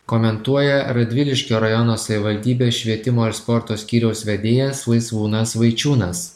komentuoja radviliškio rajono savivaldybės švietimo ir sporto skyriaus vedėjas laisvūnas vaičiūnas